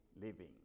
living